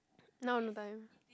now no time